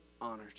honored